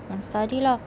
mm study lah